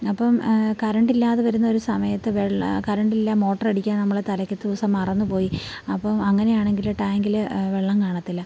അപ്പം കരണ്ടില്ലാതെ വരുന്ന ഒരു സമയത്ത് വെള്ളം കറണ്ടില്ല മോട്ടർ അടിക്കാൻ നമ്മൾ തലെ ദിവസം മറന്നു പോയി അപ്പം അങ്ങനെയാണെങ്കിൽ ടാങ്കിൽ വെള്ളം കാണത്തില്ല